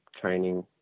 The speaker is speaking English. training